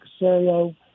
Casario